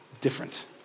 different